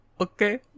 Okay